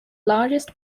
largest